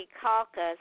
Caucus